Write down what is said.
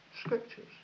scriptures